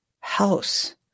house